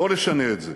לא נשנה את זה.